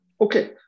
Okay